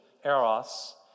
Eros